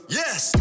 yes